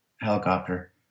helicopter